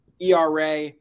ERA